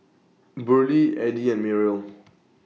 Burley Eddie and Mariel